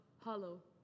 hollow